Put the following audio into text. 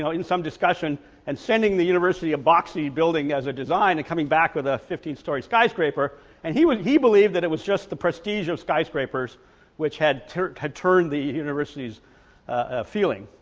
so in some discussion and sending the university a boxy building as a design and coming back with a fifteen storey skyscraper and he would he believed that it was just the prestige of skyscrapers which had turned had turned the university's ah feeling.